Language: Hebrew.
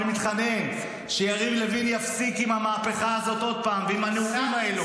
אני מתחנן שיריב לוין יפסיק עם המהפכה הזאת עוד פעם ועם הנאומים האלו.